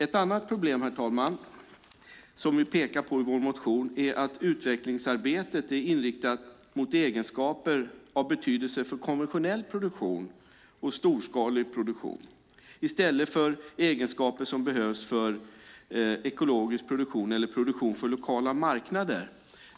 Ett annat problem som vi pekar på i vår motion är att utvecklingsarbetet är inriktat mot egenskaper av betydelse för konventionell produktion och storskalig produktion i stället för egenskaper som behövs för ekologisk produktion eller produktion för lokala marknader.